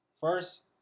First